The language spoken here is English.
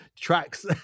tracks